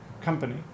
company